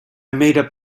made